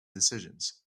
decisions